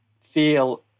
feel